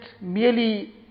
merely